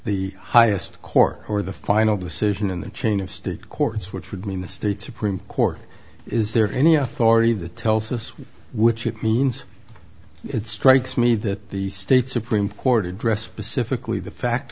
the highest court or the final decision in the chain of state courts which would mean the state supreme court is there any authority that tells us which it means it strikes me that the state supreme court addressed specifically the fact